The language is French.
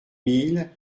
mille